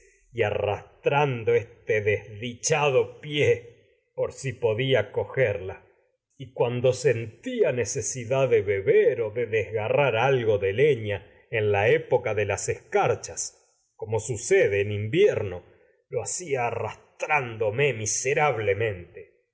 haciendo arrastrando este desdichado pie por si podía cogerla y cuando sentía beber o necesidad de de desgarrar algo de leña en la época de las escarchas como sucede en invierno lo hacía dome arrastrán pero miserablemente